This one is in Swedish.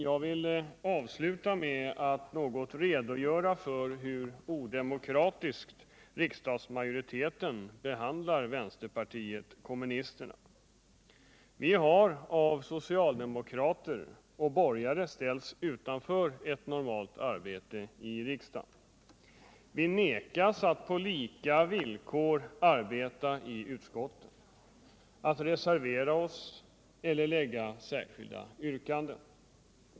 Jag vill avsluta mitt anförande med att något redogöra för hur odemokratiskt riksdagsmajoriteten behandlar vänsterpartiet kommunisterna. Vi har av socialdemokrater och borgare ställts utanför ett normalt arbete i riksdagen. Vi förvägras att på lika villkor arbeta i utskotten, att reservera oss eller framställa särskilda yrkanden.